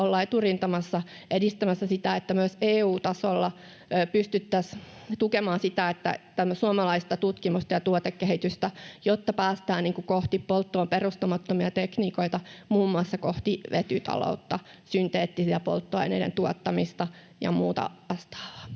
olla eturintamassa edistämässä sitä, että myös EU-tasolla pystyttäisiin tukemaan tämmöistä suomalaista tutkimusta ja tuotekehitystä, jotta päästään kohti polttoon perustumattomia tekniikoita, muun muassa kohti vetytaloutta, synteettisten polttoaineiden tuottamista ja muuta vastaavaa.